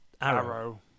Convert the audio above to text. Arrow